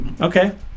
okay